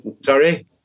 sorry